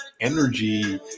energy